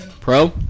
pro